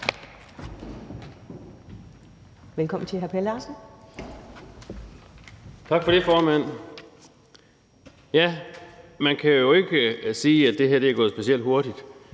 Per Larsen (KF): Tak for det, formand. Man kan jo ikke sige, at det her er gået specielt hurtigt,